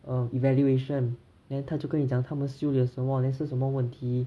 um evaluation then 他就跟你讲他们修了什么 then 是什么问题